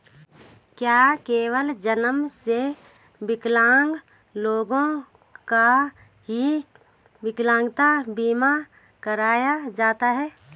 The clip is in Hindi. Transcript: क्या केवल जन्म से विकलांग लोगों का ही विकलांगता बीमा कराया जाता है?